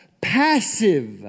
passive